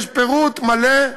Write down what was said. יש פירוט מלא,